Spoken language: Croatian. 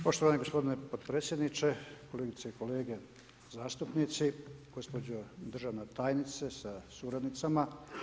Poštovani gospodine potpredsjedniče, kolegice i kolege zastupnici, gospođo državna tajnice sa suradnicama.